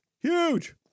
huge